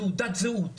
תעודת זהות,